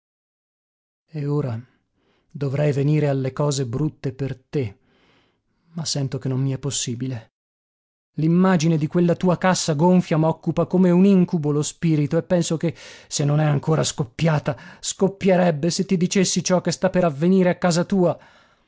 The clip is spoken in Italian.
e ora dovrei venire alle cose brutte per te ma sento che non mi è possibile l'uomo solo luigi pirandello l'immagine di quella tua cassa gonfia m'occupa come un incubo lo spirito e penso che se non è ancora scoppiata scoppierebbe se ti dicessi ciò che sta per avvenire a casa tua